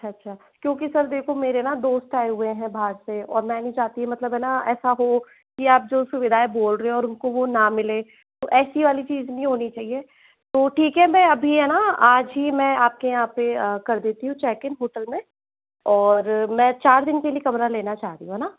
अच्छा अच्छा क्योंकि सर देखो मेरे ना दोस्त आए हुए हैं बाहर से और मैं नहीं चाहती मतलब है ना ऐसा हो कि आप जो सुविधाएँ बोल रहे हों ओर उनको वो ना मिलें तो ऐसी वाली चीज़ नहीं होनी चाहिए तो ठीक है मैं अभी है ना आज ही मैं आपके यहाँ पे कर देती हूँ चेक इन होटल में और मैं चार दिन के लिए कमरा लेना चाह रही हूँ है ना